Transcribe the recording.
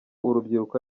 urubyiruko